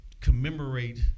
commemorate